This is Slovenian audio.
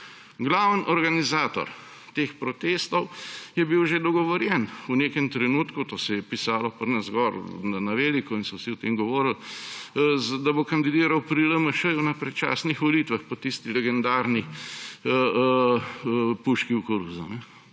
Glavni organizator teh protestov je bil že dogovorjen v nekem trenutku, to se je pisalo pri nas gori na veliko in so vsi o tem govorili, da bo kandidiral pri LMŠ na predčasnih volitvah, po tisti legendarni puški v koruzo.